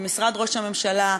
במשרד ראש הממשלה,